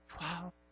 wow